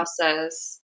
process